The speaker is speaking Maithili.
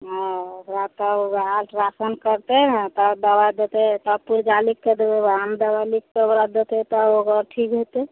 हँ ओकरा तब ओकरा अल्ट्रासाउण्ड करतै ने तब दवाइ देतै तब पुरजा लिखिके देबै वएहमे दवाइ लिखिके ओकरा देतै तब ओकर ठीक हेतै